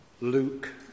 Luke